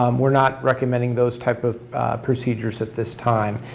um we're not recommending those type of procedures at this time.